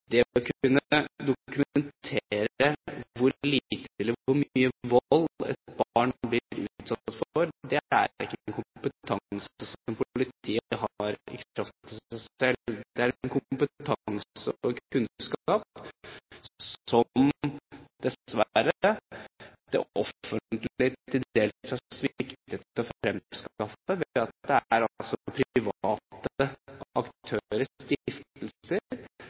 å kunne dokumentere hvor lite eller hvor mye vold et barn er blitt utsatt for, er ikke kompetanse som politiet har i kraft av seg selv. Det er en kompetanse og en kunnskap som det offentlige dessverre til dels har sviktet med å fremskaffe, ved at det er private aktører